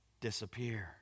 disappear